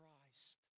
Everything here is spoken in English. Christ